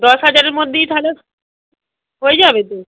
দশ হাজারের মধ্যেই তাহলে হয়ে যাবে তো